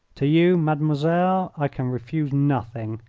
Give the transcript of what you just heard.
to you, mademoiselle, i can refuse nothing.